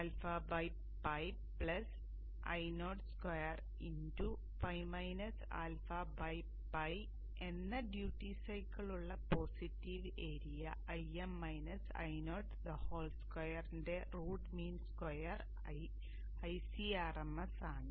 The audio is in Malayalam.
അതിനാൽ απ Io2 π -α π എന്ന ഡ്യൂട്ടി സൈക്കിളുള്ള പോസിറ്റീവ് ഏരിയ Im -Io2 ന്റെ റൂട്ട് മീൻ സ്ക്വയർ Icrms ആണ്